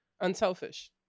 unselfish